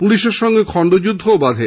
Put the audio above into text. পুলিশের সঙ্গে খন্ডযুদ্ধও বাধে